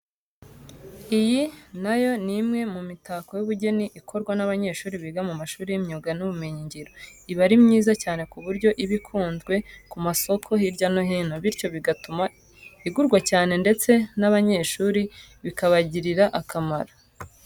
Iyi na yo ni imwe mu mitako y'ubugeni ikorwa n'abanyeshuri biga mu mashuri y'imyuga n'ibumenyingiro. Iba ari myiza cyane ku buryo iba ukunzwe ku masoko hirya no hino. Bityo bigatuma igurwa cyane ndetse n'aba banyeshuri bikabagirira akamaro.